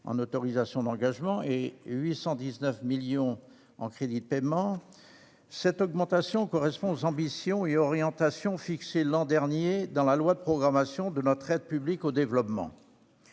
en autorisations d'engagement et 819 millions en crédits de paiement. Cette augmentation correspond aux ambitions et orientations fixées l'an dernier dans la loi de programmation de notre aide publique au développement.